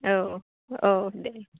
औ औ दे